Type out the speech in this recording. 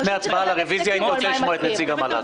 לפני הצבעה על הרוויזיה הייתי רוצה לשמוע את נציג המל"ג.